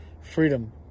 freedom